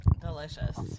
delicious